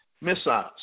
Missiles